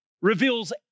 reveals